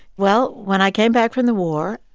well, when i came back from the war,